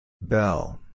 Bell